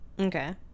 okay